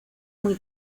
muy